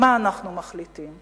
מה אנחנו מחליטים.